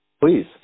Please